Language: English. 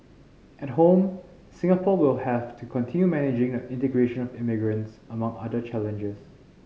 at home Singapore will have to continue managing the integration of immigrants among other challenges